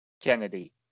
Kennedy